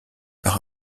par